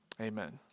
Amen